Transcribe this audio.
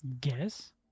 Guess